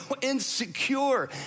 insecure